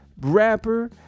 rapper